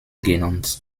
genannt